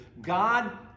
God